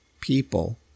people